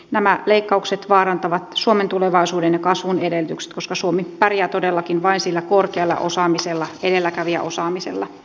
nämä leikkaukset vaarantavat suomen tulevaisuuden ja kasvun edellytykset koska suomi pärjää todellakin vain sillä korkealla osaamisella edelläkävijäosaamisella